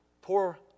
poor